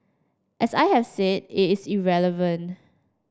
as I have said it is irrelevant